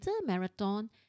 marathon